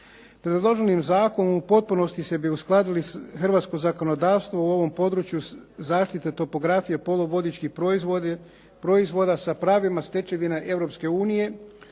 Predloženim zakonom u potpunosti bi se uskladilo hrvatsko zakonodavstvo u ovom području zaštite topografije poluvodičkih proizvoda sa pravnim stečevinama